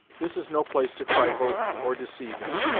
this is no place to trifle or deceive in.